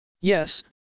Yes